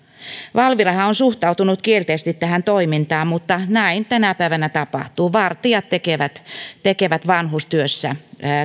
valvirahan on suhtautunut kielteisesti tähän toimintaan mutta näin tänä päivänä tapahtuu vartijat tekevät tekevät vanhustyössä